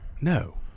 No